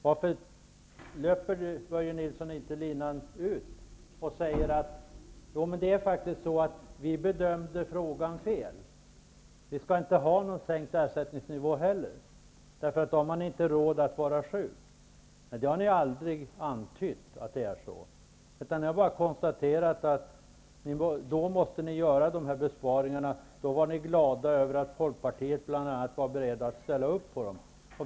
Varför löper inte Börje Nilsson linan ut och säger att ni bedömde frågan fel, att ni inte heller vill ha en sänkt ersättningsnivå, därför att man då inte har råd att vara sjuk? Ni har aldrig antytt det, utan ni har bara konstaterat att ni måste göra de här besparingarna, och då var ni glada över att bl.a. Folkpartiet var berett att ställa sig bakom dem.